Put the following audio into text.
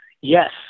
yes